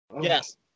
Yes